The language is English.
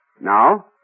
Now